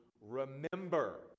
remember